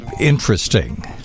interesting